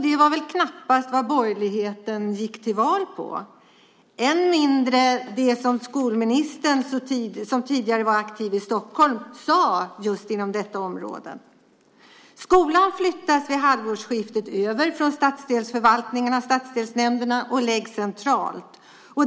Det var knappast vad borgerligheten gick till val på och än mindre det som skolministern, som tidigare var aktiv i Stockholm, sade på detta område. Skolan flyttas vid halvårsskiftet över från stadsdelsförvaltningarna och stadsdelsnämnderna och läggs centralt.